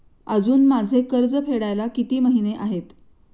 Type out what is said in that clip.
अजुन माझे कर्ज फेडायला किती महिने आहेत?